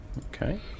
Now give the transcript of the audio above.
Okay